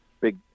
big